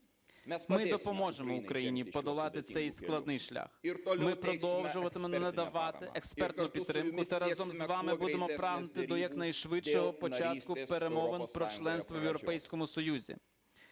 Ми допоможемо Україні подолати цей складний шлях. Ми продовжуватимемо надавати експертну підтримку та разом з вами будемо прагнути до якнайшвидшого початку перемовин про членство в Європейському Союзі.